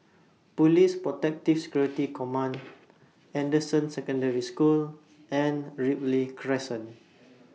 Police Protective Security Command Anderson Secondary School and Ripley Crescent